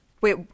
Wait